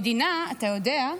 המדינה, אתה יודע,